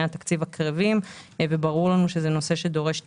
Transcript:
התקציב הקרבים וברור לנו שזה נושא שדורש טיפול.